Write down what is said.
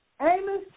Amos